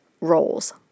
roles